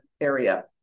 area